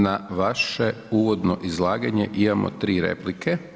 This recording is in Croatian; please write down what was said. Na vaše uvodno izlaganje imamo 3 replike.